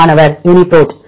மாணவர் யூனிபிரோட்